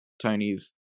Tony's